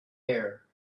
air